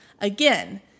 Again